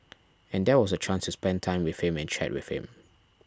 and that was a chance to spend time with him and chat with him